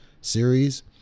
series